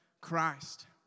Christ